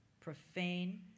profane